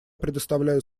предоставляю